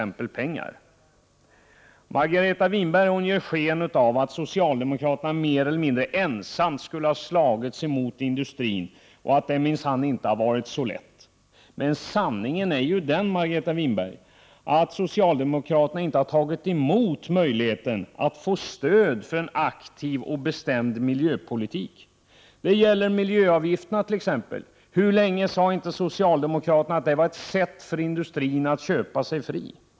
Margareta Winberg ger sken av att socialdemokraterna mer eller mindre ensamma skulle ha kämpat mot industrin och att det minsann inte har varit så lätt för dem. Men, Margareta Winberg, sanningen är ju den att socialdemokraterna inte har tagit fasta på möjligheten att få stöd för en aktiv och bestämd miljöpolitik. Det gäller t.ex. miljöavgifterna. Hur länge talade inte socialdemokraterna om att det här var ett sätt för industrin att köpa sig fri?